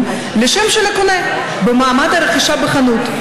לשם של הקונה במעמד הרכישה בחנות.